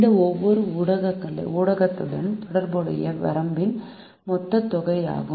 இந்த ஒவ்வொரு ஊடகத்துடனும் தொடர்புடைய வரம்பின் மொத்த தொகை ஆகும்